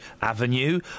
avenue